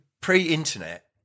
pre-internet